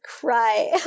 cry